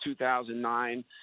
2009